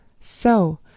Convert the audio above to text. So